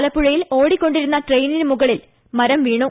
ആലപ്പുഴയിൽ ഓടിക്കൊണ്ടിരുന്ന ട്രെയിനിന് മുകളിൽ മരം വീണു